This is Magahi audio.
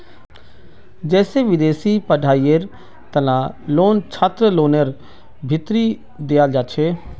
जैसे विदेशी पढ़ाईयेर तना लोन छात्रलोनर भीतरी दियाल जाछे